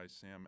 Sam